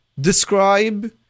describe